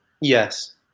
yes